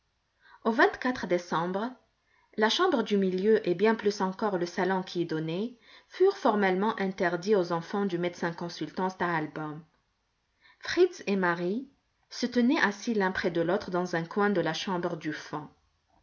au vingt-quatre décembre la chambre du milieu et bien plus encore le salon qui y donnait furent formellement interdits aux enfants du médecin consultant stahlbaum fritz et marie se tenaient assis l'un près de l'autre dans un coin de la chambre du fond